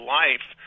life